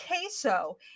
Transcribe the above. queso